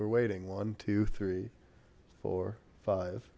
we're waiting one two three four five